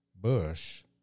Bush